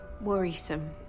worrisome